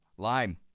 Lime